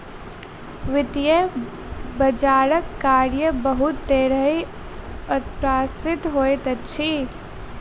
वित्तीय बजारक कार्य बहुत तरहेँ अप्रत्याशित होइत अछि